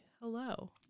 hello